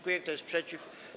Kto jest przeciw?